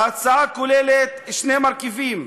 ההצעה כוללת שני מרכיבים: